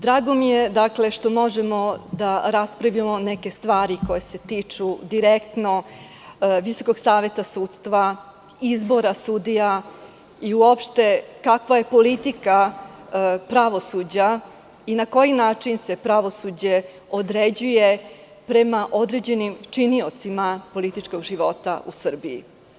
Drago mi je što možemo da raspravimo neke stvari koje se tiču direktno Visokog saveta sudstva, izbora sudija i uopšte kakva je politika pravosuđa i na koji način se pravosuđe određuje prema određenim činiocima političkog života u Srbiji.